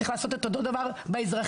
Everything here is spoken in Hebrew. צריך לעשות את אותו דבר באזרחי,